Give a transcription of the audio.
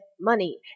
money